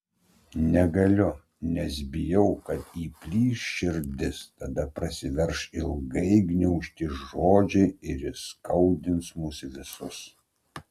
negaliu nes bijau kad įplyš širdis tada prasiverš ilgai gniaužti žodžiai ir įskaudins mus visus